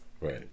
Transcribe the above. Right